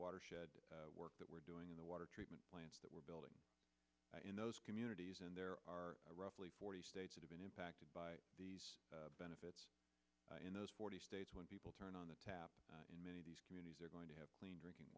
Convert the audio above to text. watershed work that we're doing in the water treatment plants that we're building in those communities and there are roughly forty states that have been impacted by the benefits in those forty states when people turn on the tap in many of these communities are going to have clean drinking